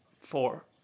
four